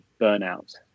burnout